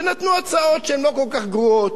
שנתנו הצעות שהן לא כל כך גרועות.